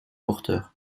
porteur